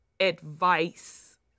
advice